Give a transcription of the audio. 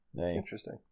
Interesting